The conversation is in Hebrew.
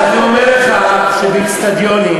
אז צריך לשנות אותו.